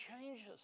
changes